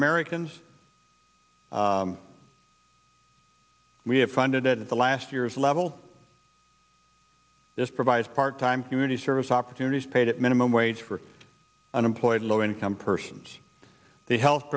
americans we have funded at the last year's level this provides part time community service opportunities paid minimum wage for unemployed low income persons the health